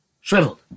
Shriveled